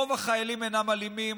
רוב החיילים אינם אלימים,